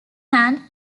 hand